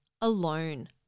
alone